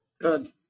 Good